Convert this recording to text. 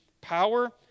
power